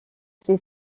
fait